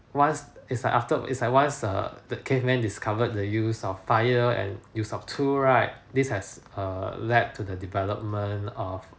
once is like after is like once err the caveman discovered the use of fire and use of tool right this has err led to the development of